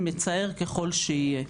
מצער ככל שיהיה.